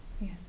yes